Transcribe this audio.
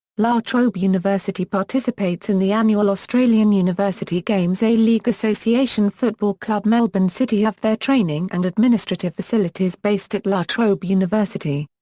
la trobe university participates in the annual australian university games a-league association football club melbourne city have their training and administrative facilities based at la trobe university.